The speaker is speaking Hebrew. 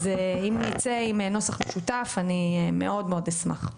אם נצא עם נוסח משותף אני מאוד מאוד אשמח.